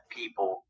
people